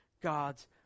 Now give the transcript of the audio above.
God's